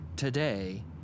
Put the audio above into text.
Today